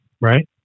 right